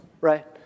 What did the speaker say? right